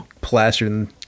plastered